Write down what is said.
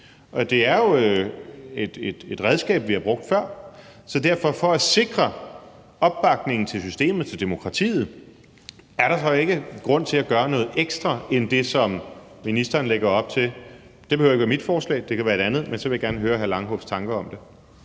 Det er jo et redskab, vi har brugt før. Så for at sikre opbakningen til systemet, til demokratiet, er der så ikke grund til at gøre noget ekstra end det, som ministeren lægger op til? Det behøver ikke at være mit forslag, det kan være et andet – men så vil jeg gerne høre hr. Rasmus Horn Langhoff tanker om det.